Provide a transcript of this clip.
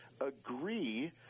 agree